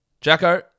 Jacko